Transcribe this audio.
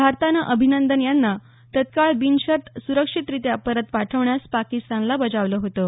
भारतानं अभिनंदन यांना तत्काळ बिनशर्त सुरक्षितरित्या परत पाठवण्यास पाकिस्तानला बजावलं होतं